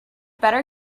better